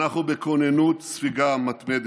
אנחנו בכוננות ספיגה מתמדת.